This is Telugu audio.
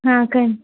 కానీ